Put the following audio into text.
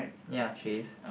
ya she is